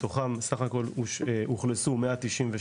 מתוכן סך הכול אוכלסו 193,